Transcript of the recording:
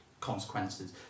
consequences